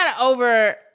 over